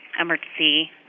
Emergency